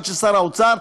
עד ששר האוצר,